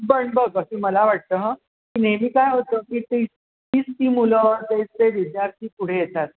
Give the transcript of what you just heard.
पण बघ असं मला वाटतं हं की नेहमी काय होतं की तीच तीच ती मुलं तेच ते विद्यार्थी पुढे येतात